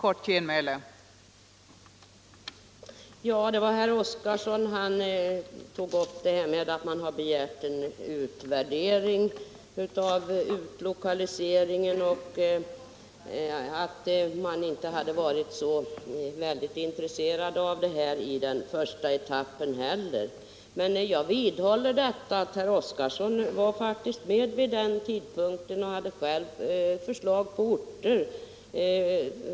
Fru talman! Herr Oskarson tog upp att moderaterna begärt en utvärdering av utlokaliseringen och inte varit så intresserad av den första etappen heller. Men jag vidhåller att herr Oskarson faktiskt var med vid den tidpunkten och själv hade förslag på orter.